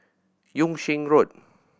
Yung Sheng Road